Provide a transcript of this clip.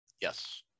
Yes